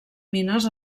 mines